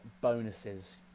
bonuses